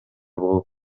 болуп